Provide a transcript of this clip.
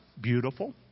Beautiful